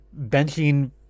benching